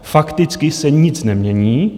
Fakticky se nic nemění.